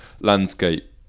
landscape